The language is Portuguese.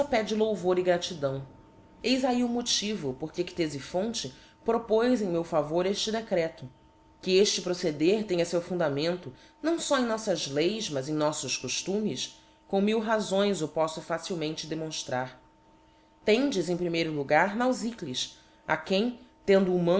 pede louvor e gratidão eis ahi o motivo porque cteliphonte propoz em meu favor eíle decreto que efte proceder tenha feu fundamento não fó em noífas leis mas em noflbs coíhimes com mil razões o poíto facilmente demonftrar tendes em primeiro logar naufícles a quem tendo